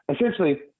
essentially